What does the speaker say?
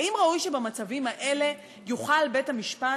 האם ראוי שבמצבים האלה יוכל בית-המשפט